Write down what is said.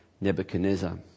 Nebuchadnezzar